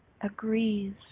agrees